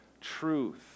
truth